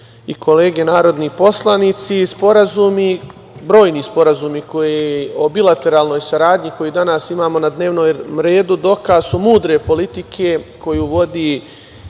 i kolege narodni poslanici, brojni sporazumi o bilateralnoj saradnji koje danas imamo na dnevnom redu dokaz su mudre politike koju vodi